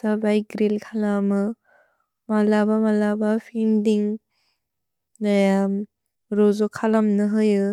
सबै ग्रिल् खलमु। मलब मलब फिन्दिन्ग् रोजो खलम्नु होयु।